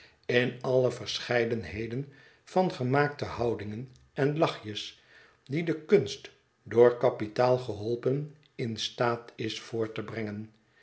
in alle verscheidenheden van gemaakte houdingen en lachjes die de kunst door kapitaal geholpen in staat is voort te brengen